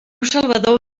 salvador